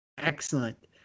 Excellent